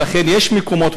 ולכן יש מקומות,